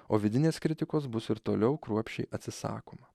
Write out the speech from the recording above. o vidinės kritikos bus ir toliau kruopščiai atsisakoma